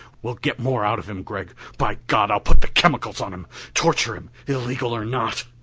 we'll get more out of him, gregg. by god, i'll put the chemicals on him torture him illegal or not!